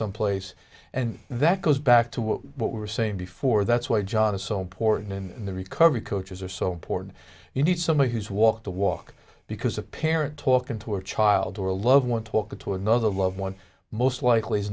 someplace and that goes back to what we were saying before that's why john is so important in the recovery coaches are so important you need somebody who's walked the walk because a parent talking to a child or a loved one talking to another loved one most likely is